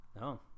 No